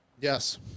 Yes